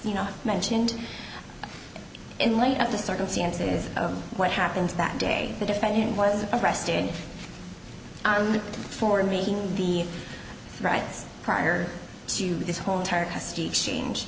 you know mentioned in light of the circumstances of what happened that day the defendant was arrested in ireland for making the rights prior to this whole entire custody change